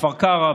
בכפר קרע,